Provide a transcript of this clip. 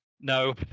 no